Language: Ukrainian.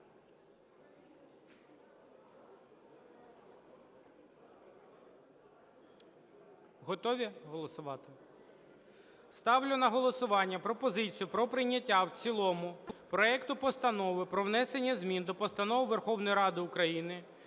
Готові голосувати? Ставлю на голосування пропозицію про прийняття в цілому проекту Постанови про внесення змін до Постанови Верховної Ради України